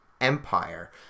empire